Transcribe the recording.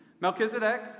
Melchizedek